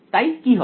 তাই কি হবে